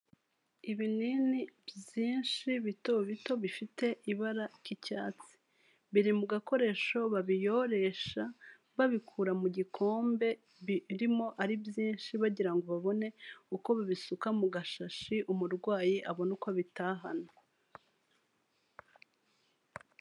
Ibinini byinshi bito bito bifite ibara ry'icyatsi, biri mu gakoresho babiyoresha babikura mu gikombe birimo ari byinshi bagirango ngo babone uko bibisuka mu gashashi umurwayi abona uko bitahana.